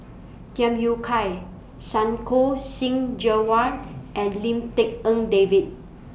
Tham Yui Kai Santokh Singh Grewal and Lim Tik En David